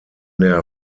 der